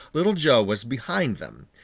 little joe was behind them,